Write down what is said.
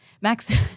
max